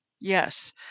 Yes